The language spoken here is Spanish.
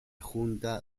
junta